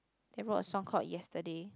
they wrote a song called yesterday